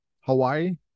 Hawaii